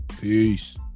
Peace